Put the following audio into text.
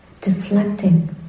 deflecting